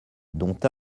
dont